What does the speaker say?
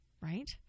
Right